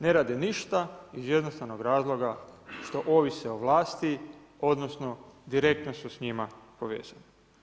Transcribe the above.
Ne rade ništa iz jednostavnog razloga što ovise o vlasti odnosno direktno su s njima povezani.